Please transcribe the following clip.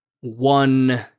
one